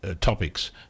Topics